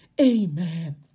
amen